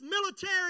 military